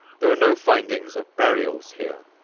there were no findings of burials here,